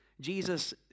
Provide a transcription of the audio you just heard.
Jesus